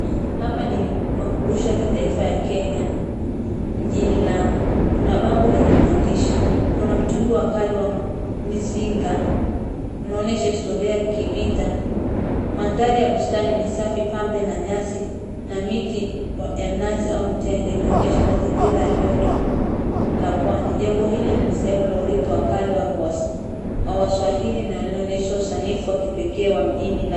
Hapa ni makumbusho ya kitaifa ya Kenya mjini Lamu, kuna bango lenye maandishi. Kuna mtungi wa kale wa mzinga unaonyesha historia ya kivita. Mandhari ya bustani ni safi, pambe na nyasi na miti ya mnazi au mtende ikionyesha mazingira ya joto la pwani. Jengo hili ni sehemu la urithi wa kale wa waswahili na linaonyesha usanifu wa kipekee wa mjini.